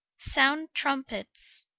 sound trumpets.